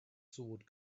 sword